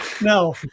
No